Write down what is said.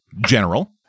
general